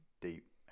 deep